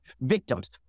victims